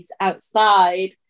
outside